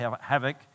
havoc